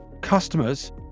customers